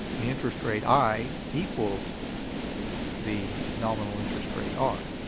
the interest rate i equals the nominal interest rate r.